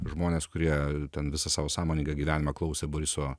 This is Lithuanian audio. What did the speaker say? žmonės kurie ten visą savo sąmoningą gyvenimą klausia boriso